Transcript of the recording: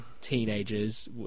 teenagers